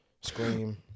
Scream